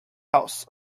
house